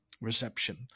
reception